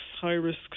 high-risk